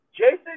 Jason